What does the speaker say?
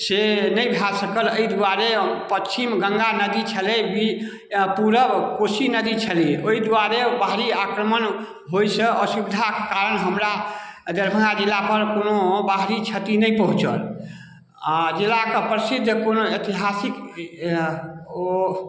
से नहि भए सकल एहि दुआरे पश्छिम गङ्गा नदी छलै पुरब कोशी नदी छलै ओहि दुआरे बाहरी आक्रमण होएसँ असुविधाके कारण हमरा दरभङ्गा जिला पर कोनो बाहरी क्षति नहि पहुँचल आ जिलाके प्रसिद्ध कोनो ऐतिहासिक ओ